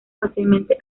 fácilmente